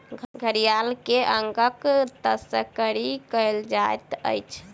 घड़ियाल के अंगक तस्करी कयल जाइत अछि